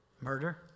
murder